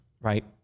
right